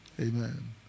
Amen